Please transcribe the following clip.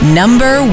number